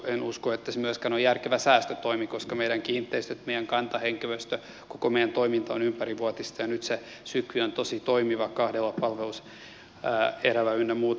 en usko että se myöskään olisi järkevä säästötoimi koska meidän kiinteistömme kantahenkilöstömme koko meidän toimintamme on ympärivuotista ja nyt sykli on tosi toimiva kahdella palveluserällä ynnä muuta